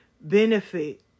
benefit